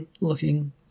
looking